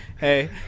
Hey